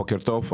בוקר טוב,